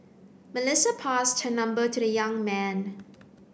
Melissa passed her number to the young man